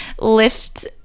lift